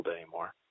anymore